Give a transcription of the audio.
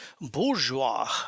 bourgeois